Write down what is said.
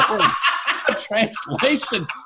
Translation